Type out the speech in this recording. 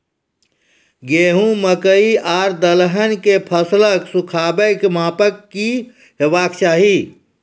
गेहूँ, मकई आर दलहन के फसलक सुखाबैक मापक की हेवाक चाही?